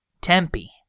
Tempe